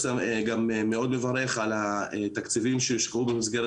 גם מאוד מברך על התקציבים שאושרו במסגרת